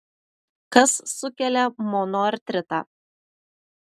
kas sukelia monoartritą